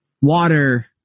water